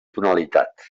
tonalitat